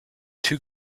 two